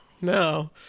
No